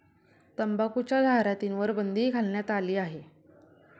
तंबाखूच्या जाहिरातींवर बंदी घालण्यात आली आहे